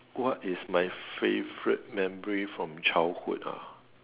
what is my favourite memory from childhood ah